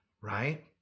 right